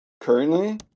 Currently